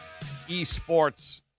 eSports